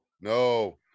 no